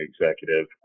executive